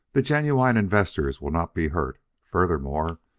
the genuine investors will not be hurt. furthermore,